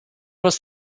was